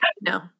no